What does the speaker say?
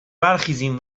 برخیزیم